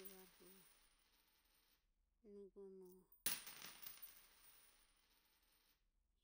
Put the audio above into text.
Evare hu nugomo